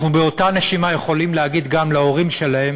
אנחנו באותה נשימה יכולים להגיד גם להורים שלהם